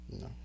No